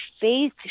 faith